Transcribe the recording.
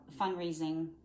fundraising